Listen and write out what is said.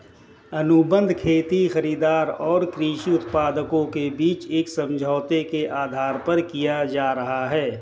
अनुबंध खेती खरीदार और कृषि उत्पादकों के बीच एक समझौते के आधार पर किया जा रहा है